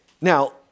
Now